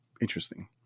interesting